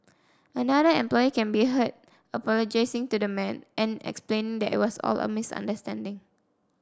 another employee can be heard apologising to the man and explaining that it was all a misunderstanding